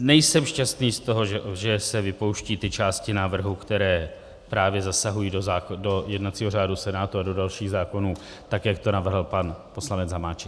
Nejsem šťastný z toho, že se vypouštějí ty části návrhu, které právě zasahují do jednacího řádu Senátu a do dalších zákonů, tak jak to navrhl pan poslanec Hamáček.